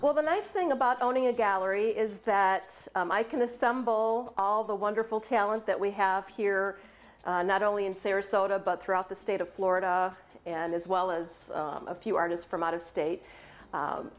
well the nice thing about owning a gallery is that i can assemble all the wonderful talent that we have here not only in sarasota but throughout the state of florida and as well as a few artists from out of state